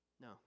No